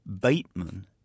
Bateman